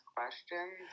questions